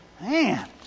Man